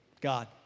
God